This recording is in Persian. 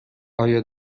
آیا